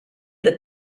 that